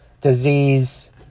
disease